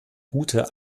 gute